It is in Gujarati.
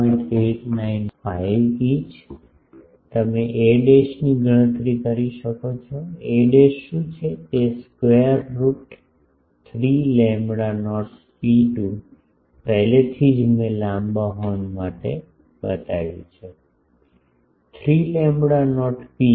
895 ઇંચ તમે એ ની ગણતરી કરી શકો છોa શું છે તે સ્કેવેર રુટ 3 લેમ્બડા નોટ ρ2 પહેલેથી જ મેં લાંબા હોર્ન માટે બતાવ્યું છે 3 લેમ્બડા નોટ ρh